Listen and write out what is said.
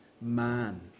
man